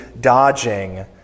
dodging